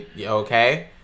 Okay